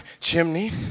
chimney